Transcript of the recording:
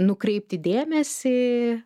nukreipti dėmesį